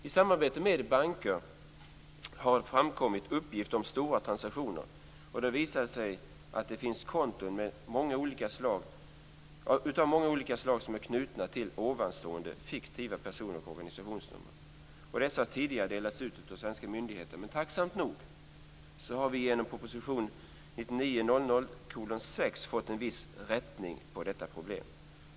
I samarbete med banker har framkommit uppgifter om stora transaktioner. Det har visat sig att det finns konton av många olika slag som är knutna till ovanstående fiktiva person och organisationsnummer. Dessa har tidigare delats ut av svenska myndigheter. Men tacksamt nog har vi genom proposition 1999/2000:6 fått en viss rättning på detta problem.